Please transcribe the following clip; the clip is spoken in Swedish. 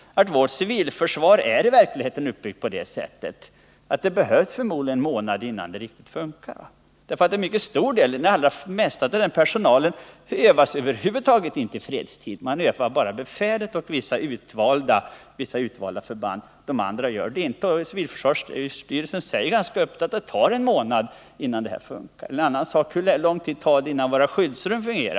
Vårt civilförsvar är i verkligheten uppbyggt på det sättet att det förmodligen behövs en månad innan det fungerar ordentligt. De allra flesta som ingår i civilförsvaret övas över huvud taget inte i fredstid. Man övar bara befälet och vissa utvalda förband. Civilförsvarsstyrelsen säger ganska öppet att det tar en månad innan det fungerar. Och hur lång tid tar det innan våra skyddsrum kan användas?